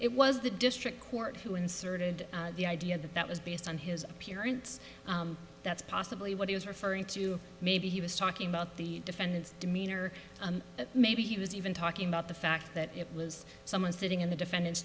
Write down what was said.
it was the district court who inserted the idea that that was based on his appearance that's possibly what he was referring to maybe he was talking about the defendant's demeanor and maybe he was even talking about the fact that it was someone sitting in the defendant's